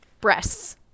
breasts